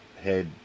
head